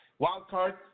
wildcard